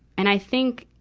and i think,